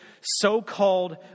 so-called